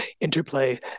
interplay